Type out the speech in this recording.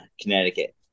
Connecticut